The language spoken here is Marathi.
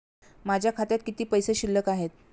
माझ्या खात्यात किती पैसे शिल्लक आहेत?